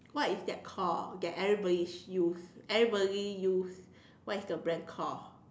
what is that called that everybody used everybody used what is the brand called